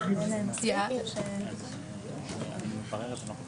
שבעצם ברגע שזה הפך להיות חברה ממשלתית